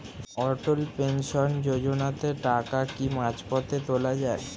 অটল pension যোজনাতে টাকা কি মাঝপথে তোলা যায়?